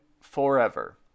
forever